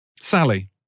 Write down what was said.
Sally